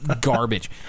garbage